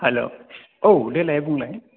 hello औ देलाय बुंलाय